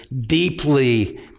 deeply